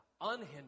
unhindered